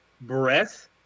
breath